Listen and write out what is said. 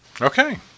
Okay